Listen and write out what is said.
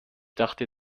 dachte